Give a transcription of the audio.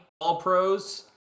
All-Pros